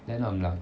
then um ya